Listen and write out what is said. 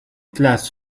classe